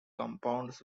compounds